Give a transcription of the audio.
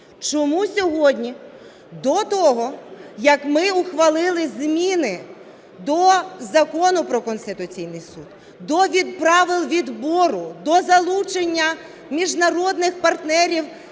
Чому сьогодні до того як ми ухвалили зміни до Закону про Конституційний Суд, до правил відбору, до залучення міжнародних партнерів